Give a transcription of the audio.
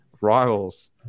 rivals